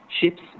ships